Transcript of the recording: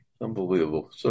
Unbelievable